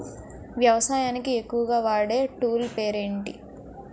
వ్యవసాయానికి ఎక్కువుగా వాడే టూల్ పేరు ఏంటి?